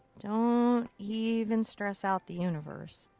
don't even stress out the universe.